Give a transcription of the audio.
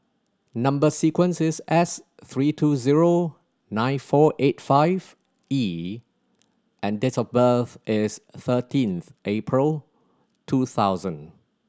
number sequence is S three two zero nine four eight five E and date of birth is thirteenth April two thousand